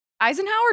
Eisenhower